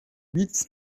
huit